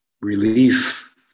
relief